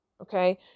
Okay